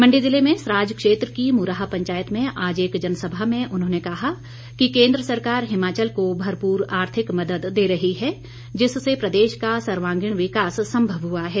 मंडी ज़िले में सराज क्षेत्र की मुराह पंचायत में आज एक जनसभा में उन्होंने कहा कि केंद्र सरकार हिमाचल को भरपूर आर्थिक मदद दे रही है जिससे प्रदेश का सर्वांगीण विकास संभव हआ है